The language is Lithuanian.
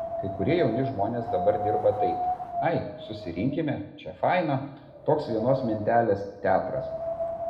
kai kurie jauni žmonės dabar dirba taip ai susirinkime čia faina toks vienos mintelės teatras